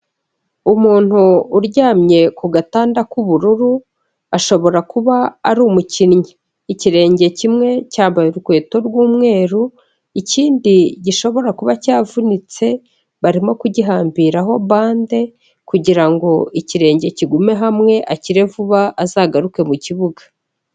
Umuntu uryamye ku gatanda k'ubururu, ashobora kuba ari umukinnyi, ikirenge kimwe cyambaye urukweto rw'umweru, ikindi gishobora kuba cyavunitse barimo kugihambiraho bande kugirango ikirenge kigume hamwe akire vuba azagaruke mu kibuga.